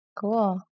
Cool